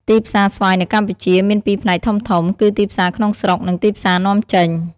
ទីផ្សារស្វាយនៅកម្ពុជាមានពីរផ្នែកធំៗ គឺទីផ្សារក្នុងស្រុក និងទីផ្សារនាំចេញ។